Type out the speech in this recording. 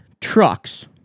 trucks